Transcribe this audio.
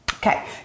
Okay